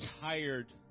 tired